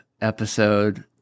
episode